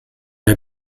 der